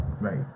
Right